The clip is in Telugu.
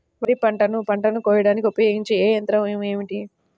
వరిపంటను పంటను కోయడానికి ఉపయోగించే ఏ యంత్రం ఏమిటి?